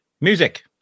Music